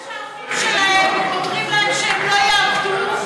אלה שההורים שלהם אומרים להם שהם לא יעבדו,